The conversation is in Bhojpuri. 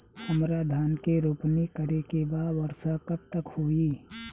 हमरा धान के रोपनी करे के बा वर्षा कब तक होई?